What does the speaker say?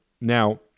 Now